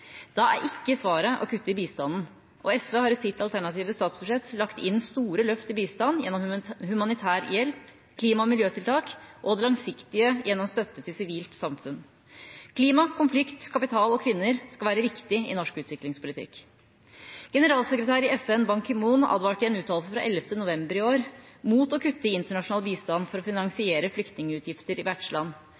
Da er ikke svaret å kutte i bistanden, og SV har i sitt alternative statsbudsjett lagt inn store løft til bistand gjennom humanitær hjelp, klima- og miljøtiltak og det langsiktige gjennom støtte til sivilsamfunn. Klima, konflikt, kapital og kvinner skal være viktig i norsk utviklingspolitikk. Generalsekretær i FN, Ban Ki-moon, advarte i en uttalelse fra 11. november i år mot å kutte i internasjonal bistand for å finansiere flyktningutgifter i vertsland